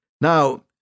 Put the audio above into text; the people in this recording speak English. Now